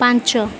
ପାଞ୍ଚ